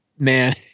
man